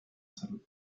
salud